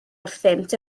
wrthynt